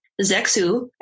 Zexu